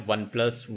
OnePlus